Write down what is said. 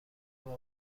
واق